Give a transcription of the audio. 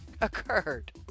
occurred